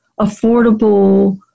affordable